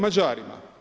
Mađarima.